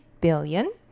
billion